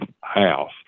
house